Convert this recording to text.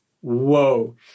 Whoa